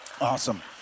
Awesome